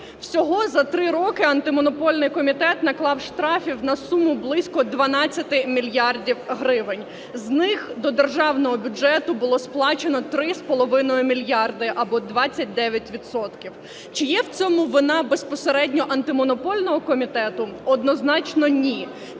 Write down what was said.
Всього за 3 роки Антимонопольний комітет наклав штрафів на суму близько 12 мільярдів гривень. З них до державного бюджету було сплачено три з половиною мільярди або 29 відсотків. Чи є в цьому вина безпосередньо Антимонопольного комітету? Однозначно – ні.